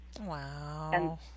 Wow